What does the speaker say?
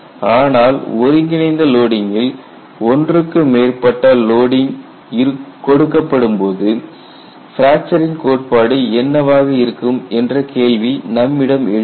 ஆனால் ஒருங்கிணைந்த லோடிங்கில் ஒன்றுக்கு மேற்பட்ட லோடிங் கொடுக்கப்படும் போது பிராக்சரின் கோட்பாடு என்னவாக இருக்கும் என்ற கேள்வி நம்மிடம் எழுகிறது